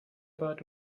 bat